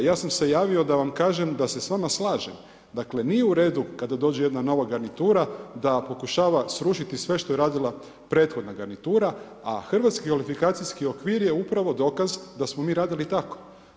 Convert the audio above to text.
Ja sam se javio da vam kažem da se s vama slažem, dakle nije uredu kada dođe jedna nova garnitura da pokušava srušiti sve što je radila prethodna garnitura, a Hrvatski kvalifikacijski okvir je upravo dokaz da smo mi radili tako.